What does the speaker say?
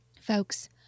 folks